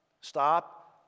Stop